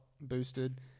boosted